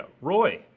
Roy